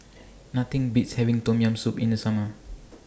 Nothing Beats having Tom Yam Soup in The Summer